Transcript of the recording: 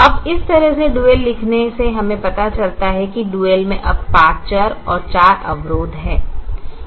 अब इस तरह से डुअल लिखने से हमें पता चलता है कि डुअल में अब 5 चर और 4 अवरोध हैं